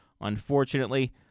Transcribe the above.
unfortunately